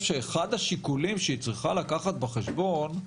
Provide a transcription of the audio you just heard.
שאחד השיקולים שהיא צריכה לקחת בחשבון,